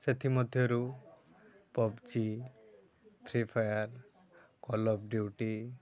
ସେଥିମଧ୍ୟରୁ PUBG Free Fire Call of duty